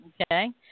Okay